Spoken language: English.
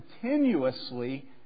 continuously